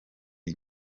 y’i